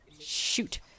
shoot